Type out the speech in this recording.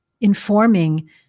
informing